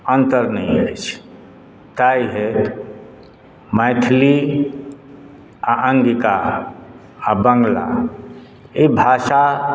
अन्तर नहि अछि ताहि हेतु मैथिली आ अङ्गिका आ बंगला एहि भाषा